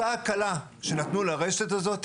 אותה הקלה שנתנו לרשת הזאת,